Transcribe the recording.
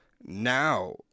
Now